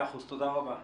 תודה רבה.